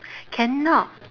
cannot